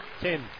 Ten